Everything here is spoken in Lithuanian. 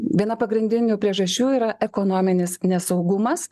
viena pagrindinių priežasčių yra ekonominis nesaugumas